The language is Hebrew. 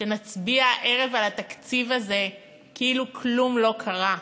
שנצביע הערב על התקציב הזה כאילו כלום לא קרה.